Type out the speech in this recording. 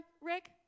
Rick